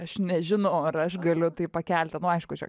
aš nežinau ar aš galiu tai pakelti nu aišku čia